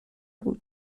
بود